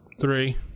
Three